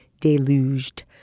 Deluged